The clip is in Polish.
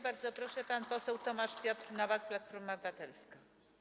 Bardzo proszę, pan poseł Tomasz Piotr Nowak, Platforma Obywatelska.